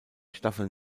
staffeln